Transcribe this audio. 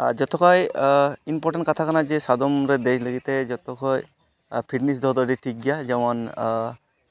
ᱟᱨ ᱡᱚᱛᱚᱠᱷᱚᱡ ᱤᱱᱯᱚᱴᱮᱱ ᱠᱟᱛᱷᱟ ᱠᱟᱱᱟ ᱡᱮ ᱥᱟᱫᱚᱢᱨᱮ ᱫᱮᱡ ᱞᱟᱹᱜᱤᱫᱛᱮ ᱡᱳᱛᱚᱠᱷᱚᱡ ᱯᱷᱤᱴᱱᱤᱥ ᱫᱚ ᱟᱹᱰᱤ ᱴᱷᱤᱠ ᱜᱮᱭᱟ ᱡᱮᱢᱚᱱ